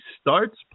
starts